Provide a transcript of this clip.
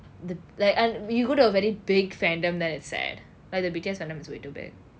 the like I you go to a very big fandom then it's sad like the B_T_S fandom is way too big